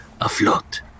afloat